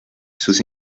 sus